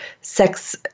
sex